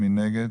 מי נגד?